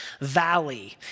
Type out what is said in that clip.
Valley